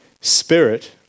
Spirit